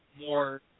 more